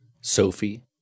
Sophie